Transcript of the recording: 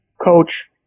coach